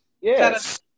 Yes